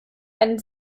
einen